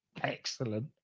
Excellent